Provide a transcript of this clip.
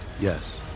Yes